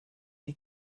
die